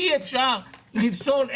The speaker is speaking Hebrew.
אי-אפשר לפסול,